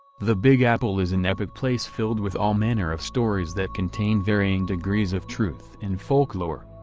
the big apple is an epic place filled with all manner of stories that contain varying degrees of truth and folklore.